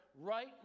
right